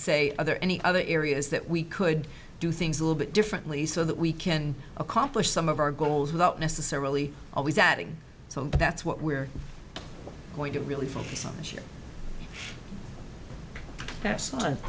say are there any other areas that we could do things a little bit differently so that we can and accomplish some of our goals without necessarily always adding so that's what we're going to really focus on this year that's not